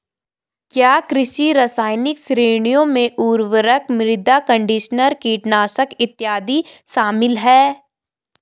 क्या कृषि रसायन श्रेणियों में उर्वरक, मृदा कंडीशनर, कीटनाशक इत्यादि शामिल हैं?